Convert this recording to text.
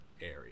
area